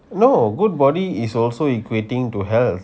no good body is also equating to health